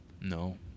No